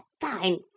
fine